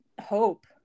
hope